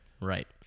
Right